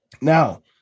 Now